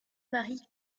marie